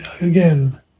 again